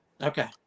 Okay